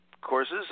courses